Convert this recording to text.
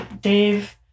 Dave